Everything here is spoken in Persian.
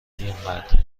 اینقدر